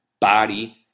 body